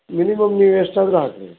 minimum ನೀವೆಷ್ಟಾದರೂ ಹಾಕ್ಬೌದು